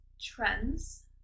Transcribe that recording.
trends